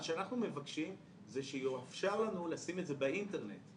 מה שאנחנו מבקשים זה שיאופשר לנו לשים את זה באינטרנט,